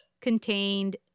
contained